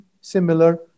similar